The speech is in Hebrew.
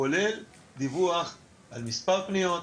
כולל דיווח על מספר פניות,